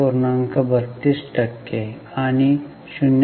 32 टक्के आणि 0